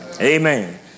Amen